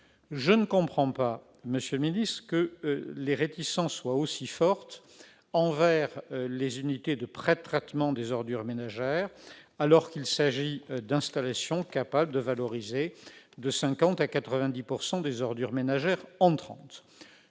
Je ne comprends pas, monsieur le secrétaire d'État, que les réticences soient aussi fortes envers les unités de prétraitement des ordures ménagères, alors qu'il s'agit d'installations capables de valoriser de 50 % à 90 % des ordures ménagères entrantes.